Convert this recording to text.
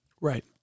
Right